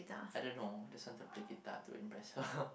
I don't know just want to play guitar to impress her